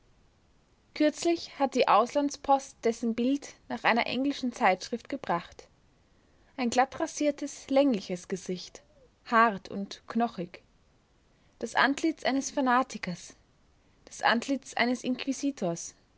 kürzlich hat die auslandspost dessen bild nach einer englischen zeitschrift gebracht ein glattrasiertes längliches gesicht hart und knochig das antlitz eines fanatikers das antlitz eines